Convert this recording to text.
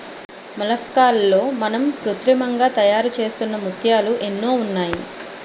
మొలస్కాల్లో మనం కృత్రిమంగా తయారుచేస్తున్న ముత్యాలు ఎన్నో ఉన్నాయి